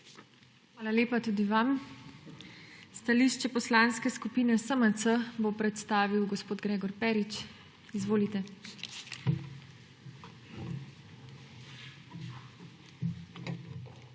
Hvala lepa tudi vam. Stališče Poslanske skupine SMC bo prestavil gospod Gregor Perič. Izvolite. **GREGOR